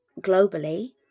globally